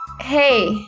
Hey